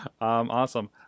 Awesome